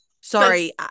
Sorry